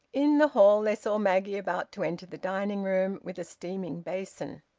in the hall they saw maggie about to enter the dining-room with a steaming basin.